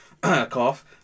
Cough